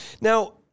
Now